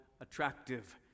attractive